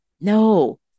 No